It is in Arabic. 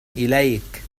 إليك